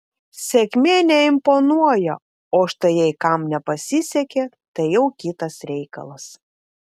sėkmė neimponuoja o štai jei kam nepasisekė tai jau kitas reikalas